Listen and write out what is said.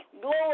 Glory